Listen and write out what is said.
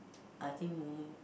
I think maybe